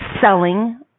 selling